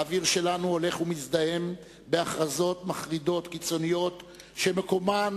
האוויר שלנו הולך ומזדהם בהכרזות מחרידות קיצוניות שמקומן,